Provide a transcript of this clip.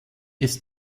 ist